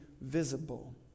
visible